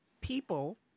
people